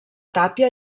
tàpia